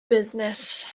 business